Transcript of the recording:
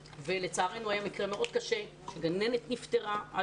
לצערנו היה מקרה מאוד קשה שגננת נפטרה.